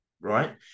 right